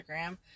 instagram